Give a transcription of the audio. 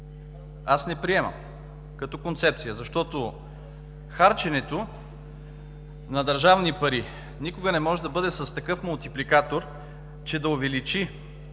аз не приемам като концепция, защото харченето на държавни пари никога не може да бъде с такъв мултипликатор, че да увеличи